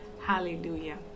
hallelujah